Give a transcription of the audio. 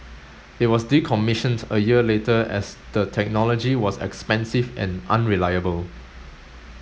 it was decommissioned a year later as the technology was expensive and unreliable